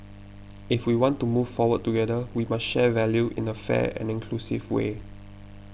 if we want to move forward together we must share value in a fair and inclusive way